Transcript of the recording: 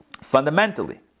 Fundamentally